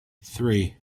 three